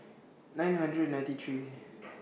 nine hundred ninety three